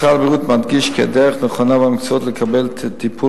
משרד הבריאות מדגיש כי הדרך הנכונה והמקצועית לקבל טיפול